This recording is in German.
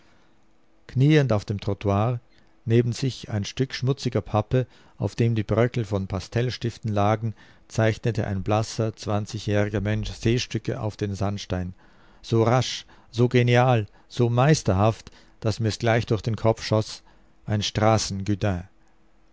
kniend auf dem trottoir neben sich ein stück schmutziger pappe auf dem die bröckel von pastellstiften lagen zeichnete ein blasser zwanzigjähriger mensch seestücke auf den sandstein so rasch so genial so meisterhaft daß mir's gleich durch den kopf schoß ein